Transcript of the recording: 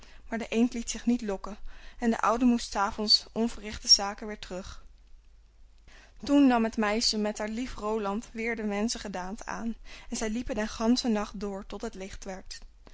maar de eend liet zich niet lokken en de oude moest s avonds onverrichter zake weêr terug toen nam het meisje met haar lief roland weêr de menschengedaante aan en zij liepen den ganschen nacht door tot het licht werd